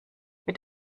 mit